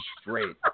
straight